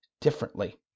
differently